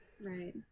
Right